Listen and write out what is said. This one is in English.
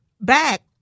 back